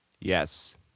Yes